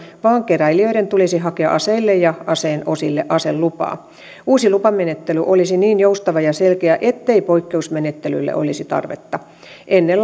vaan keräilijöiden tulisi hakea aseille ja aseen osille aselupaa uusi lupamenettely olisi niin joustava ja selkeä ettei poikkeusmenettelylle olisi tarvetta ennen